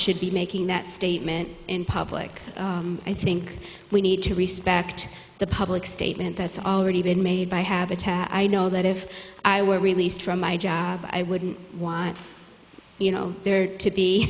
should be making that statement in public i think we need to respect the public statement that's already been made by habitat i know that if i were released from my job i wouldn't want there to be